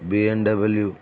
BMW